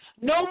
no